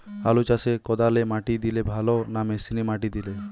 আলু চাষে কদালে মাটি দিলে ভালো না মেশিনে মাটি দিলে?